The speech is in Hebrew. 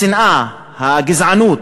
השנאה, הגזענות,